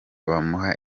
bamuha